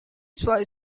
suoi